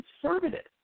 conservative